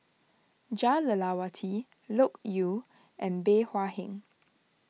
Jah Lelawati Loke Yew and Bey Hua Heng